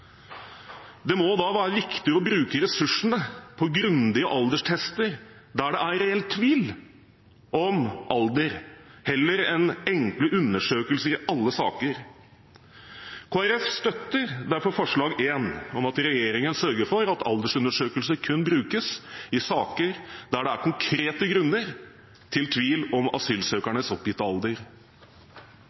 Det må da være viktigere å bruke ressursene på grundige alderstester der det er reell tvil om alder, heller enn enkle undersøkelser i alle saker. Kristelig Folkeparti støtter derfor forslag nr. 1, om at regjeringen sørger for at aldersundersøkelse kun brukes i saker der det er konkrete grunner til tvil om asylsøkernes oppgitte alder.